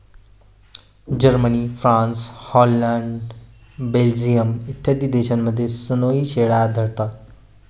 Germany, France, Holland, Belgium इत्यादी देशांतही सनोई शेळ्या आढळतात